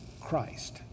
Christ